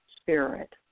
Spirit